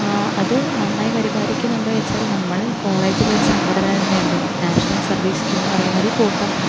അത് നന്നായി പരിപാലിക്കുന്നുണ്ടോ എന്ന് ചോദച്ചാൽ നമ്മൾ കോളേജിൽ ഒരു സംഘടന തന്നെയുണ്ട് നാഷണൽ സർവ്വീസ് സ്കീം എന്ന് പറയുന്ന ഒരു കൂട്ടം